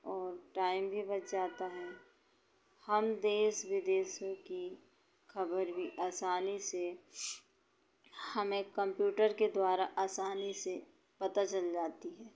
और टाइम भी बच जाता है हम देश विदेशों की ख़बर भी आसानी से हमें कम्प्यूटर के द्वारा आसानी से पता चल जाती है